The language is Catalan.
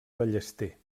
ballester